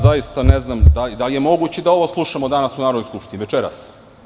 Zaista ne znam, da li je moguće da ovo slušamo danas u Narodnoj skupštini, večeras?